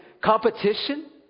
competition